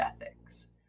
ethics